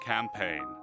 Campaign